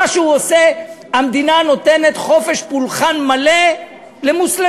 מה שהוא עושה המדינה נותנת חופש פולחן מלא למוסלמי.